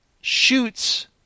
shoots